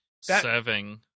Serving